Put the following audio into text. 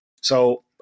So-